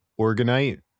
organite